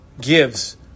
gives